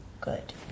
good